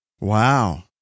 Wow